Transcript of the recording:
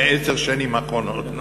בעשר השנים האחרונות.